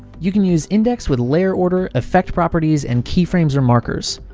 you can use index with layer order, effect properties, and keyframes or markers.